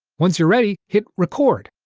once you're ready, hit record.